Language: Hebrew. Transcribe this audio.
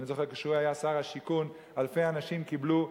אני זוכר שכשהוא היה שר השיכון אלפי אנשים קיבלו,